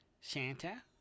Santa